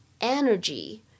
energy